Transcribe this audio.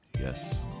Yes